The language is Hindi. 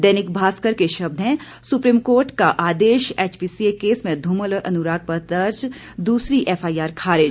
दैनिक भास्कर के शब्द हैं सुप्रीम कोर्ट का आदेश एचपीसीए केस में धूमल और अनुराग पर दर्ज दूसरी एफआईआर खारिज